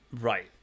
right